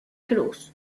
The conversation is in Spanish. cruz